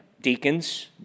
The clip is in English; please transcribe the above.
deacons